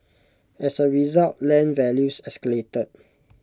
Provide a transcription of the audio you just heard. as A result land values escalated